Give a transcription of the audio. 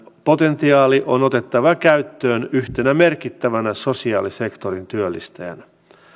potentiaali on otettava käyttöön yhtenä merkittävänä sosiaalisektorin työllistäjänä